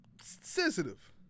sensitive